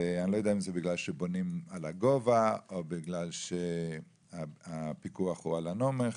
אני לא יודע אם זה בגלל שבונים על הגובה או בגלל שהפיקוח הוא על הנומך,